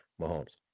Mahomes